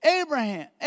Abraham